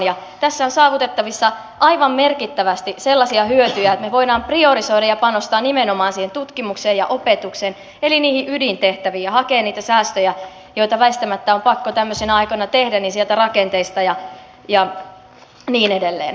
tässä on saavutettavissa aivan merkittävästi sellaisia hyötyjä että me voimme priorisoida ja panostaa nimenomaan tutkimukseen ja opetukseen eli niihin ydintehtäviin ja hakea niitä säästöjä joita väistämättä on pakko tämmöisinä aikoina tehdä sieltä rakenteista ja niin edelleen